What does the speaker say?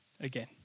again